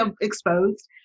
exposed